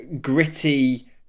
gritty